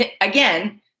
Again